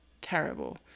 terrible